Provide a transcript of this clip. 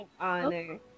honor